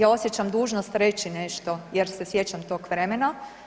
Ja osjećam dužnost reći nešto jer se sjećam tog vremena.